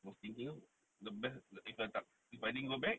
was thinking of the best if I tak if I didn't go back